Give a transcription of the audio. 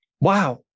Wow